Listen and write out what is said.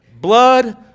Blood